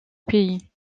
pays